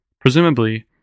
presumably